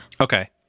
Okay